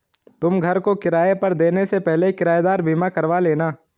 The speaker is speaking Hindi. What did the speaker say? तुम घर को किराए पे देने से पहले किरायेदार बीमा करवा लेना